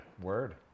Word